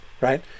right